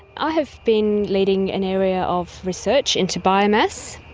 i have been leading an area of research into biomass,